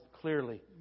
clearly